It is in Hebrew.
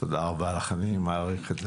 תודה רבה לך, אני מעריך את זה.